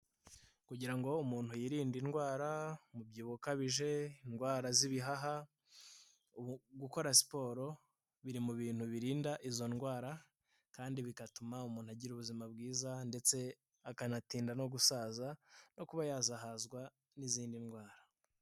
Kugira ngo umuntu yirinde indwara umubyibuho ukabije indwara z'ibihaha, gukora siporo biri mu bintu birinda izo ndwara kandi bigatuma umuntu agira ubuzima bwiza ndetse, akanatinda no gusaza no kuba yazahazwa n'izindi ndwara.